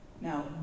Now